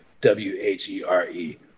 W-H-E-R-E